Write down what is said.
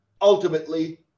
Ultimately